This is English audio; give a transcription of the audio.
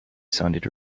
sounded